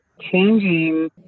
changing